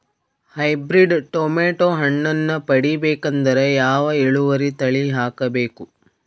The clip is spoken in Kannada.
ಹೈಬ್ರಿಡ್ ಟೊಮೇಟೊ ಹಣ್ಣನ್ನ ಪಡಿಬೇಕಂದರ ಯಾವ ಇಳುವರಿ ತಳಿ ಹಾಕಬೇಕು?